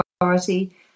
authority